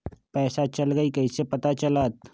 पैसा चल गयी कैसे पता चलत?